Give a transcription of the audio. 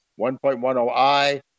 1.10i